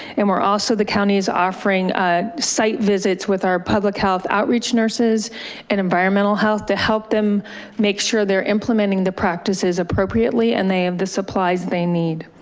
and we're also the county's offering ah site visits with our public health outreach nurses and environmental health to help them make sure they're implementing the practices appropriately and they um the supplies they need.